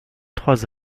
trois